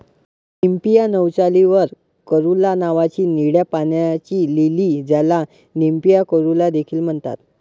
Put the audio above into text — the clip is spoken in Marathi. निम्फिया नौचाली वर कॅरुला नावाची निळ्या पाण्याची लिली, ज्याला निम्फिया कॅरुला देखील म्हणतात